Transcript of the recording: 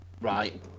right